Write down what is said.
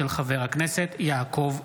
של חבר הכנסת יעקב אשר.